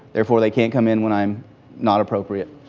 therefore they can't come in when i'm not appropriate.